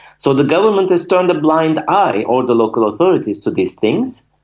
so the government has turned a blind eye, or the local authorities, to these things.